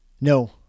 No